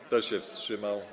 Kto się wstrzymał?